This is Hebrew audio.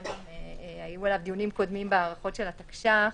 שהיו עליו דיונים קודמים בהארכות של התקש"ח.